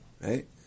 right